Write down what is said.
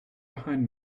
behind